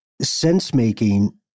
sense-making